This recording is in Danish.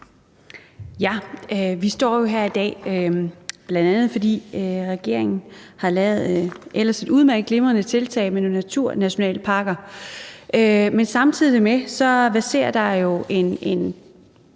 (V): Vi står jo her i dag, bl.a. fordi regeringen har lavet et ellers udmærket og glimrende tiltag med nogle naturnationalparker. Men samtidig med det verserer der jo en